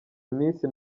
iminsi